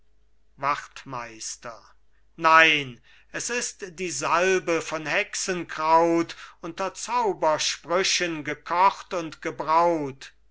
wachtmeister nein es ist die salbe von hexenkraut unter zaubersprüchen gekocht und gebraut